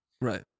right